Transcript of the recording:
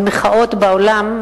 על מחאות בעולם,